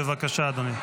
בבקשה, אדוני.